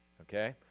okay